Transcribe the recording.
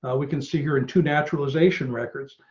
ah we can see her in to naturalization records.